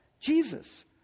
Jesus